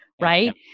right